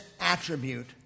attribute